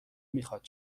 میخواد